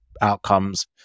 outcomes